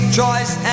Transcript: choice